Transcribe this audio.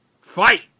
fight